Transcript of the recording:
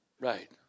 Right